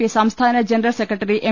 P സംസ്ഥാന general secretary M